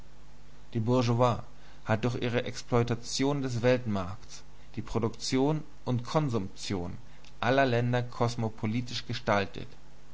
die bourgeoisie hat durch ihre exploitation des weltmarkts die produktion und konsumption aller länder kosmopolitisch gestaltet